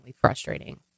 frustrating